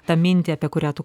tą mintį apie kurią tu